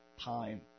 time